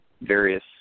various